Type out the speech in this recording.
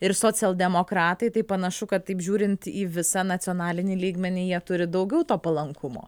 ir socialdemokratai tai panašu kad taip žiūrint į visą nacionalinį lygmenį jie turi daugiau to palankumo